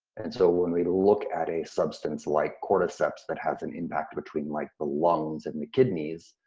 and so when we look at a substance like cordyceps that has an impact between like the lungs and the kidneys,